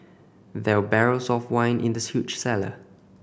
there were barrels of wine in this huge cellar